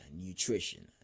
nutrition